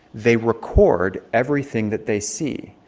they record everything that they see.